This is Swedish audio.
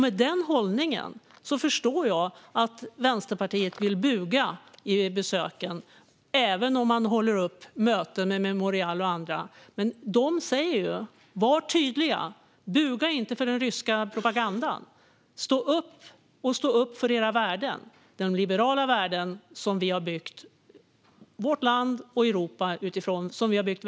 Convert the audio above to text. Med den hållningen förstår jag att Vänsterpartiet vill buga i besöken även om man håller möten med Memorial och andra. De säger: Var tydliga! Buga inte för den ryska propagandan! Stå upp för era värden! Det är de liberala värden som vi har byggt vårt land, Europa och väst utifrån.